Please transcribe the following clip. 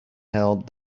held